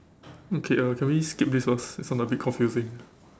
okay uh can we skip this first this one a bit confusing